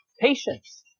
Patience